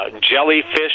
jellyfish